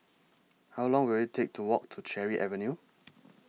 How Long Will IT Take to Walk to Cherry Avenue